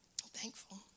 thankful